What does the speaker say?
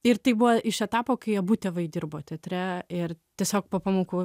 ir tai buvo iš etapo kai abu tėvai dirbo teatre ir tiesiog po pamokų